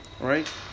Right